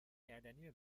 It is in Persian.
گردنی